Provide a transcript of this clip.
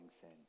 sin